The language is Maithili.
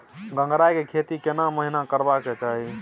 गंगराय के खेती केना महिना करबा के चाही?